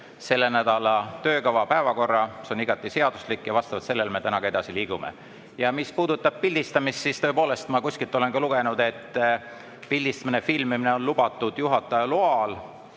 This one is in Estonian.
selle nädala töökava, päevakorra. See on igati seaduslik ja vastavalt sellele me täna ka edasi liigume. Mis puudutab pildistamist, siis tõepoolest, ma kuskilt olen ka lugenud, et pildistamine ja filmimine on lubatud juhataja loal.